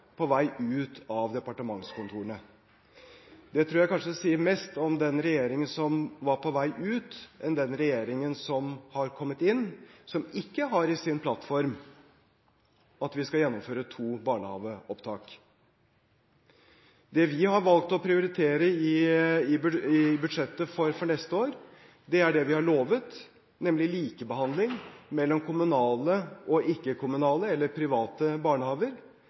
på vei ut av departementskontorene. Det tror jeg kanskje sier mer om den regjeringen som var på vei ut, enn om den regjeringen som har kommet inn, som ikke har i sin plattform at den skal gjennomføre to barnehageopptak. Det vi har valgt å prioritere i budsjettet for neste år, er det vi har lovet, nemlig likebehandling mellom kommunale og ikke-kommunale eller private barnehager.